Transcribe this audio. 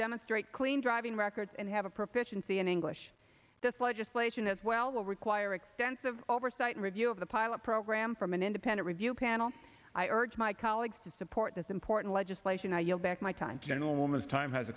demonstrate clean driving record and have a proficiency in english this legislation as well will require extensive oversight and review of the pilot program from an independent review panel i urge my colleagues to support this important legislation i yield back my time gentlewoman's time has